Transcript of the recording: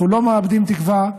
אנחנו לא מאבדים תקווה,